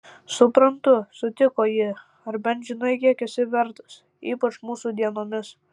suprantu sutiko ji ar bent žinai kiek esi vertas ypač mūsų dienomis